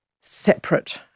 separate